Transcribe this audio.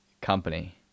company